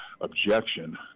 objection